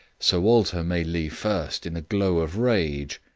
sir walter may leave first in a glow of rage.